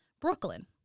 Brooklyn